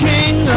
King